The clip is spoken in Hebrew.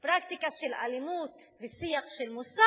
פרקטיקה של אלימות ושיח של מוסר?